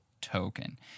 token